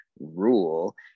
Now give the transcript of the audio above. rule